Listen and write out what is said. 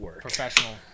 professional